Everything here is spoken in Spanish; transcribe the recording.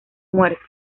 muerte